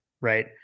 right